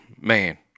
man